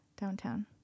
downtown